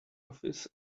office